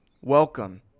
welcome